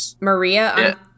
Maria